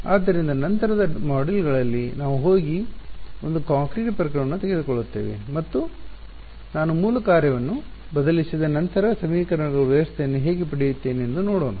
ಆದ್ದರಿಂದ ನಂತರದ ಮಾಡ್ಯೂಲ್ಗಳಲ್ಲಿ ನಾವು ಹೋಗಿ ಒಂದು ಕಾಂಕ್ರೀಟ್ ಪ್ರಕರಣವನ್ನು ತೆಗೆದುಕೊಳ್ಳುತ್ತೇವೆ ಮತ್ತು ನಾನು ಮೂಲ ಕಾರ್ಯವನ್ನು ಬದಲಿಸಿದ ನಂತರ ಸಮೀಕರಣಗಳ ವ್ಯವಸ್ಥೆಯನ್ನು ಹೇಗೆ ಪಡೆಯುತ್ತೇನೆ ಎಂದು ನೋಡೋಣ